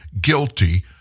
guilty